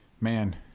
man